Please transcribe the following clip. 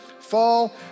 Fall